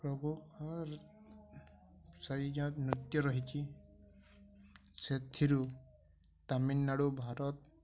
ନୃତ୍ୟ ରହିଛି ସେଥିରୁ ତାମିଲନାଡ଼ୁ ଭାରତ